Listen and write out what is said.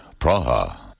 Praha